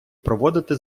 проводити